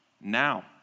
now